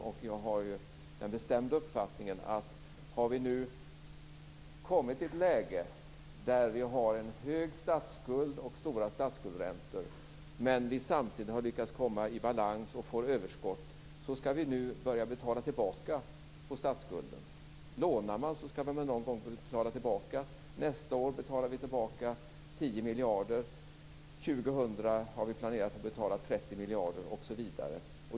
Jag har den bestämda uppfattningen att har vi nu kommit i ett läge där vi har en stor statsskuld och stora statsskuldsräntor men samtidigt har lyckats komma i balans och har överskott skall vi börja betala tillbaka på statsskulden. Lånar man skall man någon gång betala tillbaka. Nästa år betalar vi tillbaka 10 miljarder. 2000 har vi planerat att betala 30 miljarder osv.